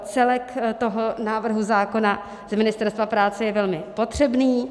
Celek toho návrhu zákona z Ministerstva práce je velmi potřebný.